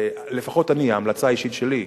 לפחות אני, המלצה אישית שלי,